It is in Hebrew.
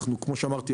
כמו שאמרתי,